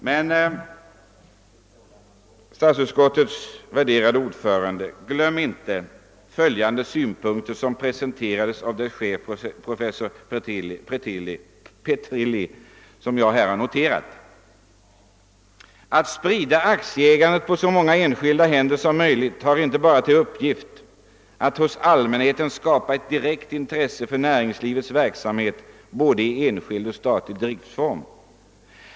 Men, statsutskottets värderade ordförande, glöm inte följande synpunkter av IRI:s chef, professor Petrilli: »Att sprida aktieägandet på så många enskilda händer som möjligt har inte bara till uppgift att hos allmänheten skapa ett direkt intresse för näringslivets verksamhet både i enskild och statlig driftform.